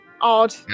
odd